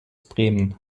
bremen